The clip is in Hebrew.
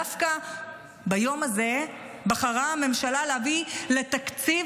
דווקא ביום הזה בחרה הממשלה להביא תקציב